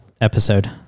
episode